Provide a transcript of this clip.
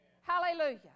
Hallelujah